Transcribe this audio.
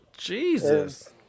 Jesus